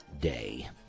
day